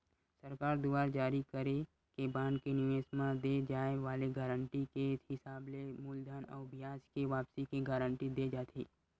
सरकार दुवार जारी करे के बांड के निवेस म दे जाय वाले गारंटी के हिसाब ले मूलधन अउ बियाज के वापसी के गांरटी देय जाथे